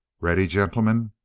ready, gentlemen,